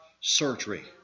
surgery